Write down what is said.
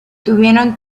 tuvieron